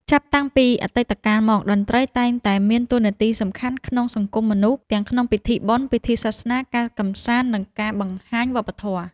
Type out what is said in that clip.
ចាប់តាំងពីអតីតកាលមក តន្ត្រីតែងតែមានតួនាទីសំខាន់ក្នុងសង្គមមនុស្ស ទាំងក្នុងពិធីបុណ្យ ពិធីសាសនា ការកម្សាន្ត និងការបង្ហាញវប្បធម៌។